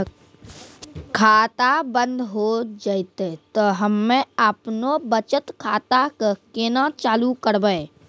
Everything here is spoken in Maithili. खाता बंद हो जैतै तऽ हम्मे आपनौ बचत खाता कऽ केना चालू करवै?